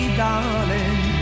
darling